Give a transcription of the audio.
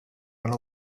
went